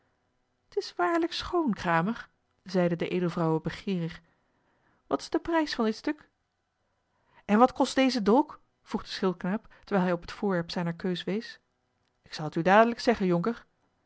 t is waarlijk schoon kramer zeide de edelvrouwe begeerig wat is de prijs van dit stuk en wat kost deze dolk vroeg de schildkaap terwijl hij op het voorwerp zijner keus wees ik zal het u dadelijk zeggen jonker